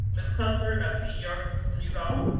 ms. cuthbert i see your mural.